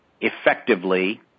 effectively